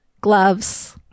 gloves